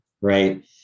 right